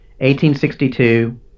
1862